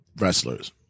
wrestlers